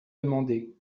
demandé